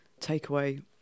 takeaway